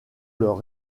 leur